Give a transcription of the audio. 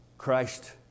Christ